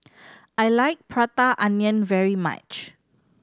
I like Prata Onion very much